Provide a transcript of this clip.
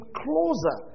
closer